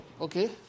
Okay